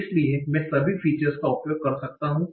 इसलिए मैं सभी फीचर्स का उपयोग कर सकता हूं